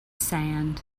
sand